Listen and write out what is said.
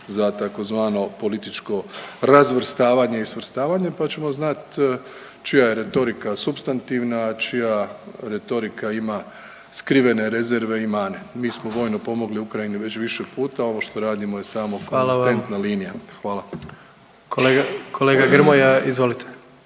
za tzv. političko razvrstavanje i svrstavanje, pa ćemo znati čija je retorika supstantivna, čija retorika ima skrivene rezerve i mane. Mi smo vojno pomogli Ukrajini već više puta. Ovo što radimo je samo konzistentna linija. Hvala. **Jandroković,